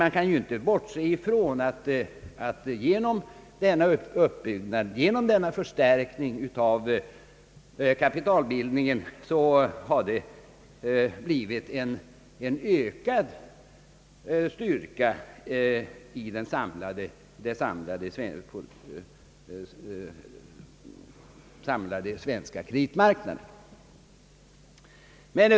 Man kan dock inte bortse ifrån att genom denna uppbyggnad, genom denna förstärkning av kapitalbildningen, så har det blivit en ökad styrka i den samlade kreditmarknaden.